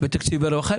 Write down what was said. בתקציב הרווחה,